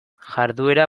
jarduera